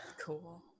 Cool